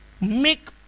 Make